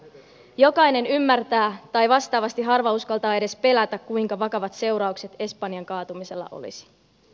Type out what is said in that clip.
jokainen ymmärtää tai vastaavasti harva uskaltaa edes pelätä kuinka vakavat seuraukset espanjan kaatumisella olisi